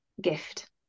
gift